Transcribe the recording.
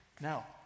Now